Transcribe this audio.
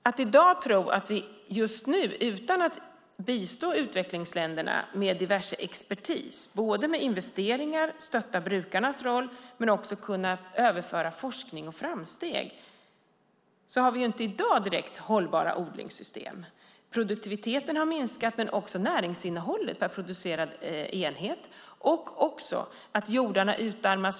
Man har bistått utvecklingsländerna med diverse expertis, investeringar, stöd till brukarnas roll och överföring av forskning och framsteg, men vi har i dag inte direkt hållbara odlingssystem. Produktiviteten har minskat, men också näringsinnehållet per producerad enhet, och jordarna utarmas.